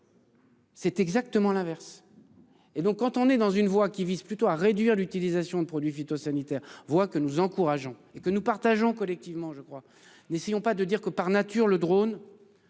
C'est exactement l'inverse. Et donc quand on est dans une voie qui vise plutôt à réduire l'utilisation de produits phytosanitaires que nous encourageons et que nous partageons collectivement je crois. N'essayons pas de dire que, par nature, le drone.